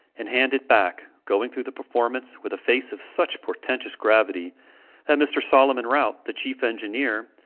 and hand it back going through the performance with a face of such portentous gravity, that mr. solomon rout, the chief engineer,